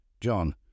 John